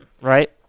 right